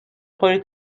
خوری